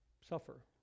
suffer